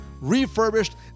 refurbished